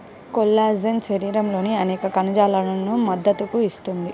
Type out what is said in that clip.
collagen శరీరంలోని అనేక కణజాలాలకు మద్దతు ఇస్తుంది